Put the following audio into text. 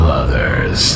others